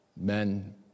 men